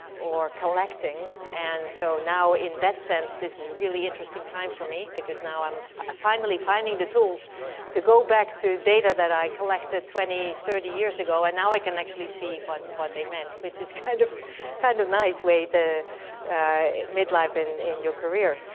or collecting. and so now in that sense, this is really interesting time for me, because now i'm finally finding the tools to go back to data that i collected twenty, thirty years ago. and now i can actually see but what they meant, which is kind of kind of nice way, the mid life in in your career.